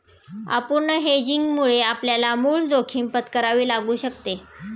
अपूर्ण हेजिंगमुळे आपल्याला मूळ जोखीम पत्करावी लागू शकते